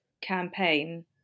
campaign